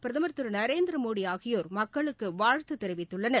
பிரதமர் திரு நரேந்திரமோடி ஆகியோர் மக்களுக்கு வாழ்த்து தெரிவித்துள்ளனர்